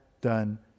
done